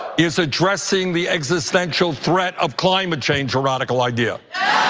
is addressing the existential threat of clmate um ah change a radical idea?